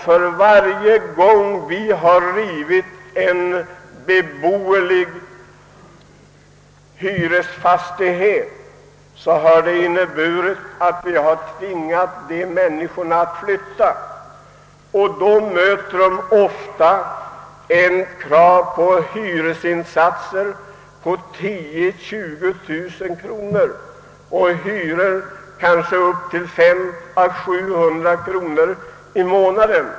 För varje gång en beboelig hyresfastighet rivits har ju de människor som bott där tvingats flytta. När de sökt ny bostad har de ofta mötts av krav på insatser på 10000 och 20 000 kronor och hyror på 500 eller 700 kronor i månaden.